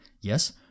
yes